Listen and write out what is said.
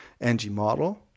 ngModel